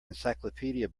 encyclopedia